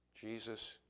Jesus